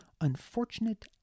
unfortunate